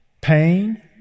pain